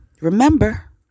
remember